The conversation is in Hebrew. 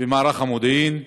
במערך המודיעין.